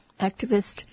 activist